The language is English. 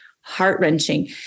heart-wrenching